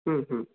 ಹ್ಞೂಹ್ಞೂ